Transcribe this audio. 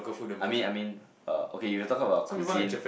I mean I mean uh okay you are talking about cuisine